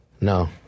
No